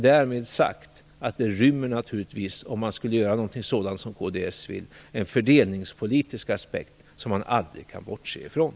Därmed också sagt att detta naturligtvis, om man skulle göra något sådant som kds vill, rymmer en fördelningspolitisk aspekt som man aldrig kan bortse från.